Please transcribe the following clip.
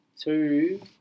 two